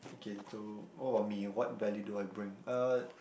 okay so what about me what value do I bring uh